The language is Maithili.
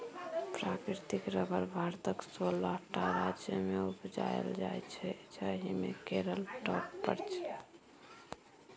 प्राकृतिक रबर भारतक सोलह टा राज्यमे उपजाएल जाइ छै जाहि मे केरल टॉप पर छै